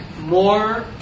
more